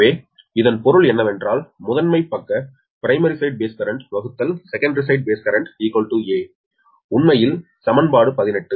எனவே இதன் பொருள் என்னவென்றால் முதன்மை பக்க primary side base currentsecondary side base currenta உண்மையில் சமன்பாடு சமன்பாடு 18